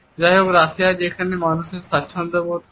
যাইহোক রাশিয়ায় যেখানে মানুষ স্বাচ্ছন্দ্য বোধ করে